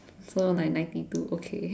so ni~ ninety two okay